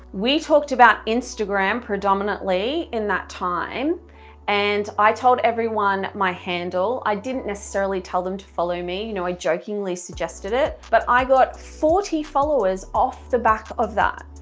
we talked about instagram predominantly in that time and i told everyone my handle, i didn't necessarily tell them to follow me you know, i jokingly suggested it but i got forty followers off the back of that,